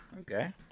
Okay